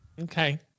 Okay